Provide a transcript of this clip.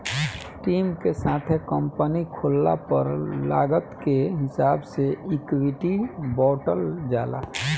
team के साथे company खोलला पर लागत के हिसाब से इक्विटी बॉटल जाला